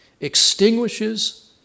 extinguishes